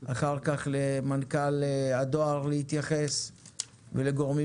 ואחר כך למנכ"ל הדואר להתייחס ולגורמים